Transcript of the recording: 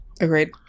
Agreed